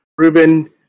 Ruben